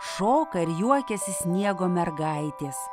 šoka ir juokiasi sniego mergaitės